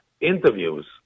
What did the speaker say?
interviews